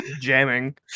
jamming